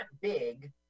big